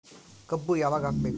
ಕಬ್ಬು ಯಾವಾಗ ಹಾಕಬೇಕು?